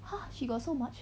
!huh! she got so much